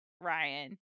Ryan